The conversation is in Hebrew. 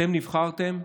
אתם נבחרתם,